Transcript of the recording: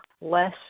less